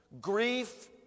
Grief